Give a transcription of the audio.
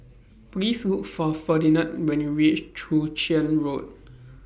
Please Look For Ferdinand when YOU REACH Chwee Chian Road